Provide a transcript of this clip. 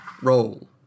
roll